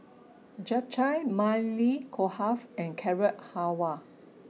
Japchae Maili Kofta and Carrot Halwa